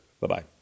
Bye-bye